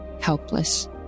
helpless